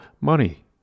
money